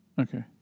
Okay